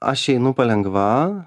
aš einu palengva